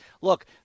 Look